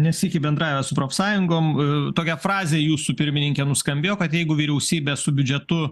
ne sykį bendravę su profsąjungom tokia frazė jūsų pirmininke nuskambėjo kad jeigu vyriausybė su biudžetu